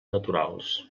naturals